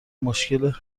مشکل